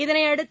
இதனையடுத்து